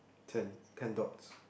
ten ten dots